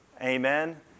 Amen